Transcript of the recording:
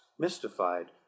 mystified